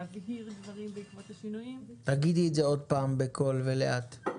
להבהיר דברים בעקבות השינויים- -- תגידי את זה עוד פעם בקול ולאט.